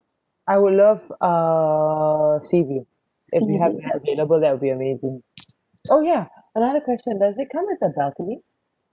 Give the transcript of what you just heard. I would love uh sea view if you have a night available that would be amazing oh ya another question does it come with the balcony